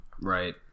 Right